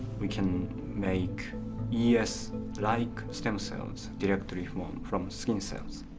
we can make yeah es like stem cells directly from um from skin cells.